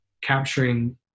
capturing